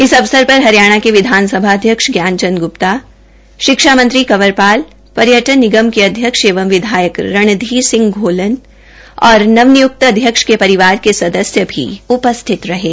इस अवसर पर हरियाणा विधानसभा के अध्यक्ष ज्ञान चंद गुप्ता शिक्षा मंत्री कंवर पाल पर्यटन निगम के अध्यक्ष एंव विधायक रणधीर सिंह गोलन और नप निय्क्त अध्यक्ष के परिवार के सदस्य भी उपस्थित थे